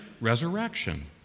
resurrection